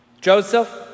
Joseph